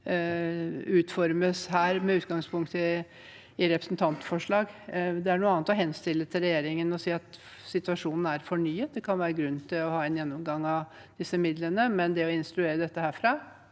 utformes her, med utgangspunkt i representantforslag. Det er noe annet å henstille til regjeringen og si at situasjonen er fornyet. Det kan være grunn til å ha en gjennomgang av disse midlene, men å instruere dette herfra